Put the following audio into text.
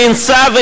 נאנסה,